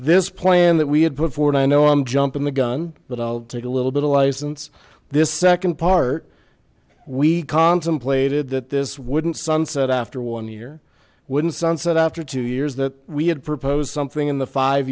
this plan that we had before and i know i'm jumping the gun but i'll take a little bit a license this second part we contemplated that this wouldn't sunset after one year wouldn't sunset after two years that we had proposed something in the five